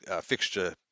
fixture